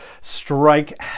strike